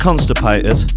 Constipated